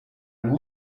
and